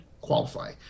qualify